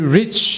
rich